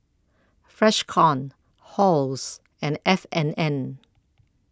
Freshkon Halls and F and N